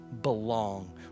belong